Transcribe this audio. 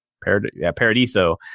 Paradiso